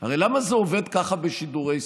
הרי למה זה עובד ככה בשידורי ספורט?